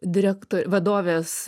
direkto vadovės